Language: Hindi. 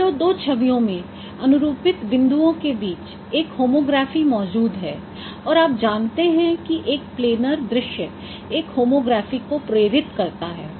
मान लो कि दो छवियों में अनुरूपित बिंदुओं के बीच एक होमोग्राफी मौजूद है और आप जानते हैं कि एक प्लेनर दृश्य एक होमोग्राफी को प्रेरित करता है